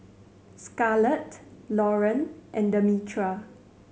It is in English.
Scarlett Loren and Demetra